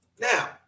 Now